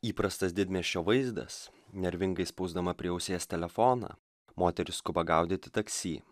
įprastas didmiesčio vaizdas nervingai spausdama prie ausies telefoną moteris skuba gaudyti taksi